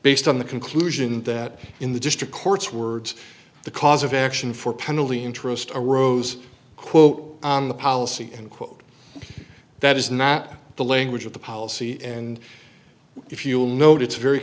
based on the conclusion that in the district courts words the cause of action for penalty interest arose quote on the policy end quote that is not the language of the policy and if you'll notice very